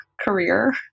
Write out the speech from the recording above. career